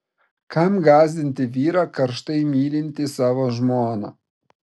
kam gąsdinti vyrą karštai mylintį savo žmoną